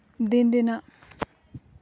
ᱫᱤᱱ ᱨᱮᱱᱟᱜ